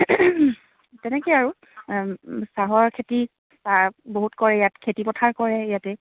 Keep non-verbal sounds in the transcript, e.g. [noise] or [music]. তেনেকৈ আৰু চাহৰ খেতি [unintelligible] বহুত কৰে ইয়াত খেতি পথাৰ কৰে ইয়াতে